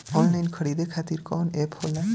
Online खरीदे खातीर कौन एप होला?